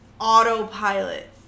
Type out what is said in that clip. autopilot